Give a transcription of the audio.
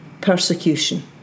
persecution